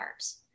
carbs